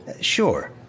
Sure